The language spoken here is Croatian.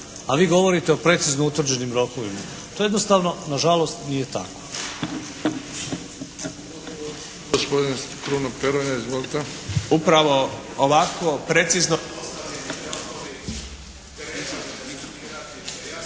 A vi govorite o precizno utvrđenim rokovima. To jednostavno na žalost nije tako.